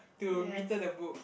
to return the book